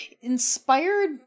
Inspired